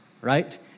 right